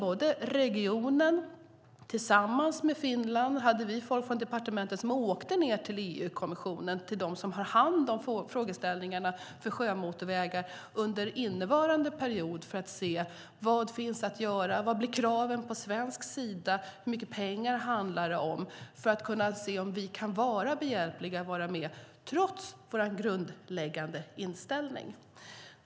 Vi hade folk från departementet som tillsammans med Finland åkte ned till EU-kommissionen, till dem som har hand om frågeställningarna för sjömotorvägar under innevarande period, för att se vad som finns att göra. Vad blir kraven på svensk sida? Hur mycket pengar handlar det om? Det var för att se om vi kan vara med och vara behjälpliga trots vår grundläggande inställning.